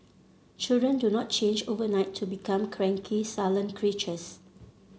children do not change overnight to become cranky sullen creatures